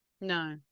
No